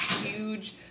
huge